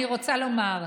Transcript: אני רוצה לומר: